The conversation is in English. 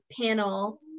panel